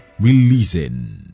releasing